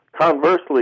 Conversely